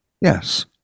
Yes